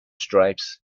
stripes